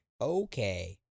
Okay